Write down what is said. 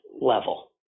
level